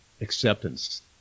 acceptance